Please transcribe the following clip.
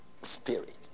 spirit